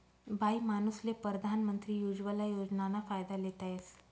बाईमानूसले परधान मंत्री उज्वला योजनाना फायदा लेता येस